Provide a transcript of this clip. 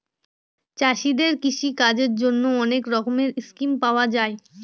চাষীদের কৃষিকাজের জন্যে অনেক রকমের স্কিম পাওয়া যায়